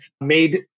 made